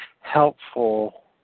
helpful